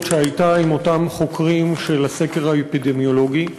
שהייתה עם אותם חוקרים של הסקר האפידמיולוגי.